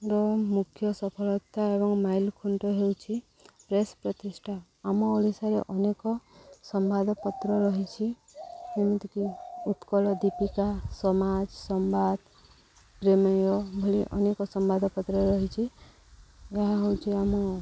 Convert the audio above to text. ର ମୁଖ୍ୟ ସଫଳତା ଏବଂ ମାଇଲ ଖୁଣ୍ଡ ହେଉଛି ପ୍ରେସ୍ ପ୍ରତିଷ୍ଠା ଆମ ଓଡ଼ିଶାରେ ଅନେକ ସମ୍ବାଦପତ୍ର ରହିଛି ଯେମିତିକି ଉତ୍କଳ ଦୀପିକା ସମାଜ ସମ୍ବାଦ ପ୍ରମେୟ ଭଳି ବୋଲି ଅନେକ ସମ୍ବାଦପତ୍ର ରହିଛି ଏହା ହେଉଛି ଆମ